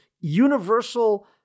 universal